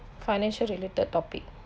financial related topic